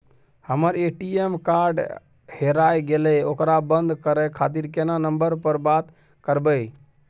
हमर ATM card हेराय गेले ओकरा बंद करे खातिर केना नंबर पर बात करबे?